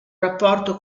rapporto